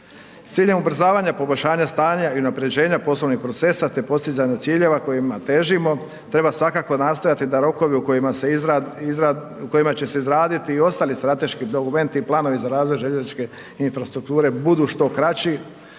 ciljem ubrzavanja poboljšanja stanja i unaprjeđenja poslovnih procesa te postizanju ciljeva kojima težimo, treba svakako nastojati da rokovima u kojima će se izraditi i ostali strateški dokumenti i planovi za razvoj željezničke infrastrukture budu što kraći,